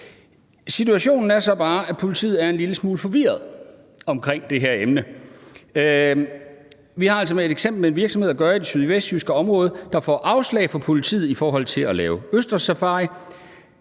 Situationen er så bare, at politiet er en lille smule forvirrede i forhold til det her emne. Vi har også at gøre med et eksempel, hvor en virksomhed i det sydvestjyske område får afslag fra politiet på at lave østerssafari.